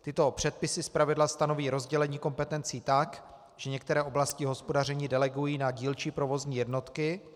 Tyto předpisy zpravidla stanoví rozdělení kompetencí tak, že některé oblasti hospodaření delegují na dílčí provozní jednotky.